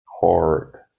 hard